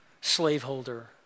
slaveholder